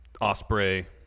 Osprey